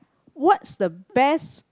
what's the best